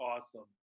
Awesome